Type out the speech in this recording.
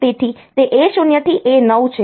તેથી તે A0 થી A9 છે